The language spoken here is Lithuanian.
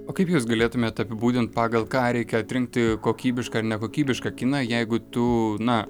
o kaip jūs galėtumėt apibūdint pagal ką reikia atrinkti kokybišką ir nekokybišką kiną jeigu tu na